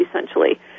essentially